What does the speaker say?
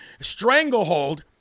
stranglehold